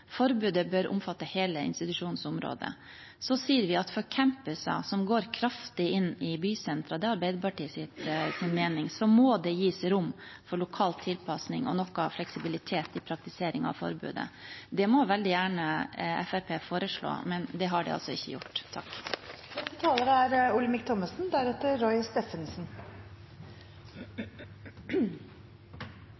Forbudet bør omfatte hele institusjonens område. For campuser som går kraftig inn i bysentra, må det, etter Arbeiderpartiets mening, gis rom for lokal tilpasning og noe fleksibilitet i praktiseringen av forbudet. Det må veldig gjerne Fremskrittspartiet foreslå, men det har de ikke gjort. Innvandring og integrering er